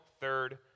third